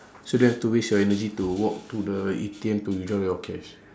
so don't have to waste your energy to walk to the A_T_M to withdraw your cash